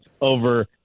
over